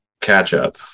catch-up